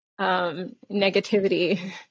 negativity